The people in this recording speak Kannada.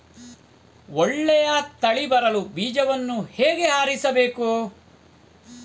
ಒಳ್ಳೆಯ ತಳಿ ಬರಲು ಬೀಜವನ್ನು ಹೇಗೆ ಆರಿಸಬೇಕು?